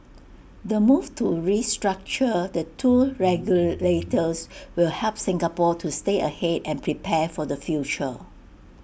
the move to restructure the two regulators will help Singapore to stay ahead and prepare for the future